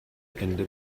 ende